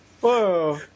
Whoa